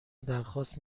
درخواست